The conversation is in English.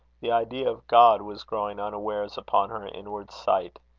the idea of god was growing unawares upon her inward sight.